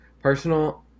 Personal